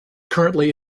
currently